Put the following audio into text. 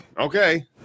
Okay